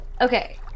Okay